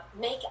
make